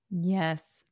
Yes